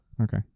Okay